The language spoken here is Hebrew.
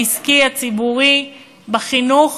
העסקי, הציבורי, בחינוך,